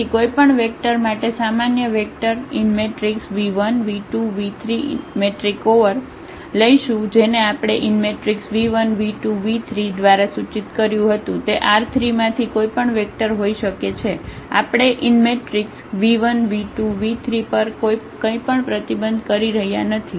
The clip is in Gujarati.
તેથી કોઈપણ વેક્ટર માટે સામાન્ય વેક્ટર v1 v2 v3 લઈશુ જેને આપણે v1 v2 v3 દ્વારા સૂચિત કર્યું હતું તે R3 માંથી કોઈપણ વેક્ટર હોઈ શકે છે આપણે v1 v2 v3 પર કંઈપણ પ્રતિબંધ કરી રહ્યા નથી